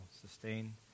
sustain